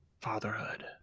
fatherhood